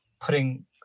putting